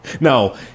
No